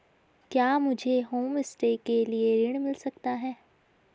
क्या मुझे होमस्टे के लिए ऋण मिल सकता है?